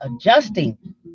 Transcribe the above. adjusting